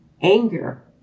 anger